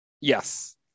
yes